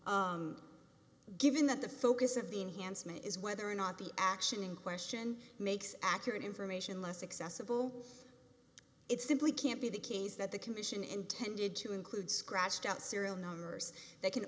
given that the focus of the enhancement is whether or not the action in question makes accurate information less accessible it simply can't be the case that the commission intended to include scratched out serial numbers that can